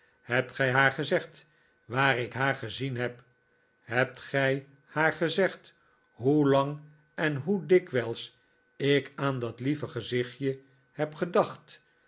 hebt gij haar gezegd waar ik haar gezien heb hebt gij haar gezegd hoelang en hoe dikwijls ik aan dat lieve gezichtje heb gedacht